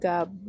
Gab